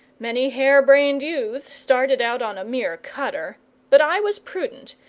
many hairbrained youths started out on a mere cutter but i was prudent,